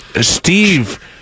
Steve